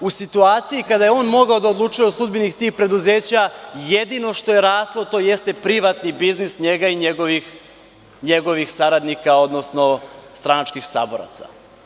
U situaciji kada je on mogao da odlučuje o sudbini tih preduzeća jedino što je raslo jeste privatni biznis njega i njegovih saradnika, odnosno stranačkih saboraca.